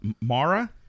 Mara